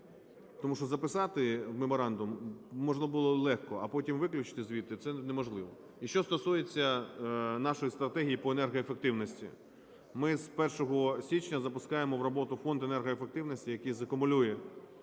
Тому що записати в меморандум можна було легко, а потім виключити звідти – це неможливо. І стосується нашої стратегії по енергоефективності. Ми з 1 січня запускаємо в роботу Фонд енергоефективності, який закумулює на наступний